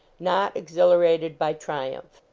not exhilarated by triumph.